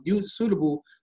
suitable